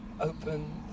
open